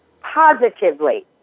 positively